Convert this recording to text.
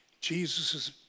Jesus